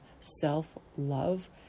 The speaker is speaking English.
self-love